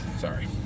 Sorry